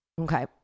Okay